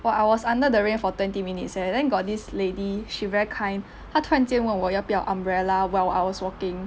!wah! I was under the rain for twenty minutes eh then got this lady she very kind 他突然间问我要不要 umbrella while I was walking